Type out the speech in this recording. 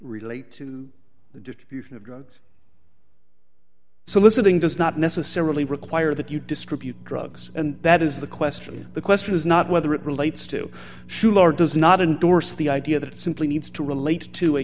relate to the distribution of drugs so listening does not necessarily require that you distribute drugs and that is the question the question is not whether it relates to shool or does not endorse the idea that simply needs to relate to a